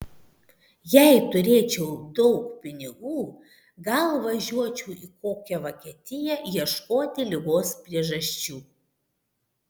jei turėčiau daug pinigų gal važiuočiau į kokią vokietiją ieškoti ligos priežasčių